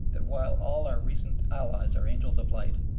that while all our recent allies are angels of light,